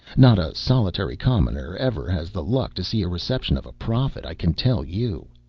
not a solitary commoner ever has the luck to see a reception of a prophet, i can tell you.